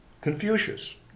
Confucius